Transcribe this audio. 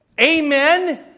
Amen